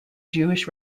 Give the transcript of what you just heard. jewish